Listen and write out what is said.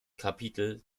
kapitel